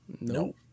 No